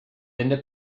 into